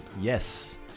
Yes